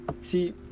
see